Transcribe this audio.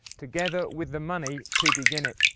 together with the money to begin it,